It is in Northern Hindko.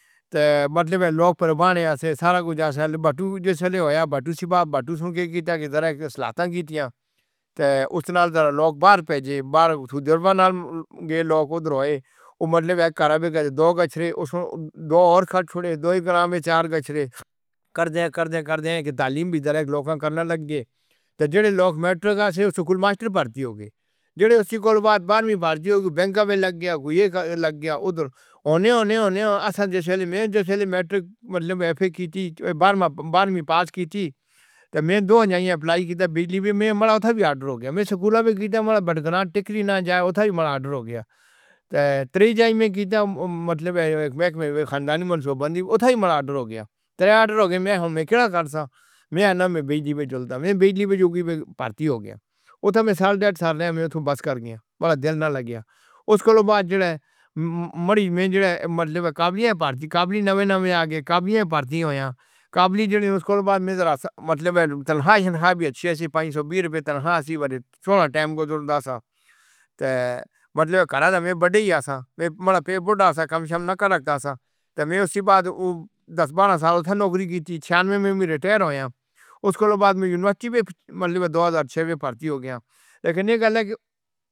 میرے لوگ پر بھان ہے، سارا کچھ آپکا سوآگت ہے۔ بتو سے کچھ آپکا سوآگت ہے۔ بتو سے کچھ آپکا سوآگت ہے۔ کابلی نوے نوے آگے، کابلی آئے پارٹھی ہو یاں؟ کابلی جڑی اس کو لوگ بعد میرے لوگ بار پہچے۔ کابلی جڑی اس کو لوگ بعد میرے لوگ بار پہچے۔ کابلی جڑی اس کو لوگ بعد میرے لوگ پہچے۔